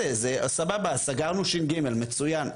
סבבה, אז סגרנו ש"ג, מצוין.